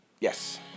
Yes